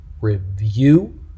review